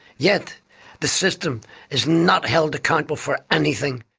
yet the system is not held accountable for anything.